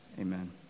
Amen